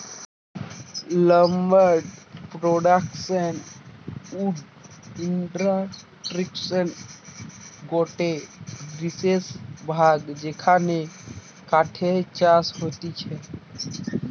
lumber production wood ইন্ডাস্ট্রির গটে বিশেষ ভাগ যেখানে কাঠের চাষ হতিছে